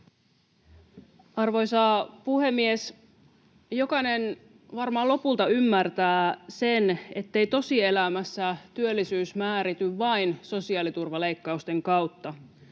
Arvoisa puhemies! Jokainen varmaan lopulta ymmärtää sen, ettei tosielämässä työllisyys määrity vain sosiaaliturvaleikkausten kautta.